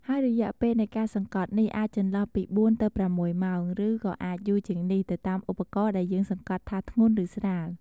ហើយរយៈពេលនៃការសង្កត់នេះ អាចចន្លោះពី ៤ ទៅ ៦ ម៉ោង ឬក៏អាចយូរជាងនេះ ទៅតាមឧបករណ៍ដែលយើងសង្កត់ថាធ្ងន់ ឬស្រាល។